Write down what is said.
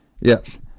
Yes